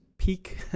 Peak